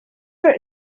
for